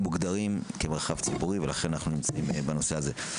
מוגדרים כמרחב ציבורי ולכן אנחנו נמצאים בנושא הזה.